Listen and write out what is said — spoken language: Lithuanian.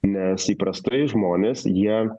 nes įprastai žmonės jie